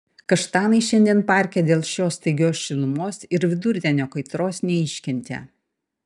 kaštanai šiandien parke dėl šios staigios šilumos ir vidurdienio kaitros neiškentė